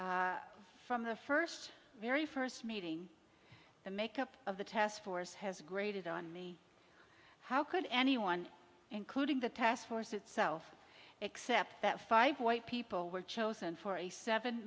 from the first very first meeting the makeup of the task force has grated on me how could anyone including the task force itself except that five white people were chosen for a seven